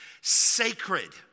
Sacred